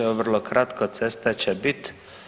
Evo, vrlo kratko, cesta će bit.